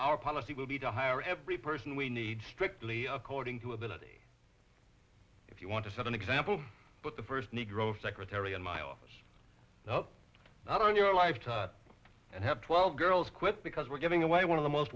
our policy will be to hire every person we need strictly according to ability if you want to set an example but the first negro secretary in my office not on your life time and have twelve girls quit because we're giving away one of the most